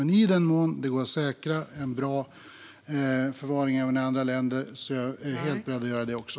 Men i den mån det går att säkerställa bra förvaring även i andra länder är jag fullt beredd att göra det också.